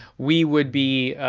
we would be,